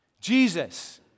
Jesus